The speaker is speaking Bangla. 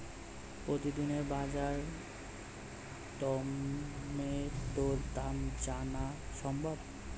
প্রতিদিনের বাজার টমেটোর দাম জানা সম্ভব?